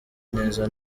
neza